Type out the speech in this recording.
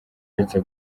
uretse